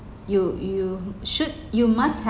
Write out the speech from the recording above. you you should you must